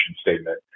statement